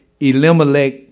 Elimelech